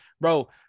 bro